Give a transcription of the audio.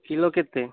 kilo କେତେ